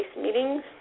meetings